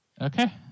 Okay